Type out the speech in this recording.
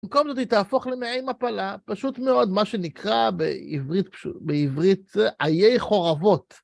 במקום זאת היא תהפוך למעין מפלה, פשוט מאוד, מה שנקרא בעברית עיי חרבות.